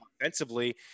offensively